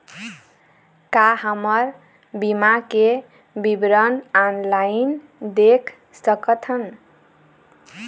का हमर बीमा के विवरण ऑनलाइन देख सकथन?